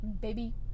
Baby